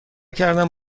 کردم